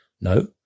No